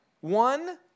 One